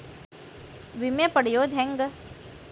ವಿಮೆ ಪಡಿಯೋದ ಹೆಂಗ್?